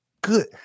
good